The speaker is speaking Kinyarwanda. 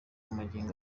magingo